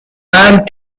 and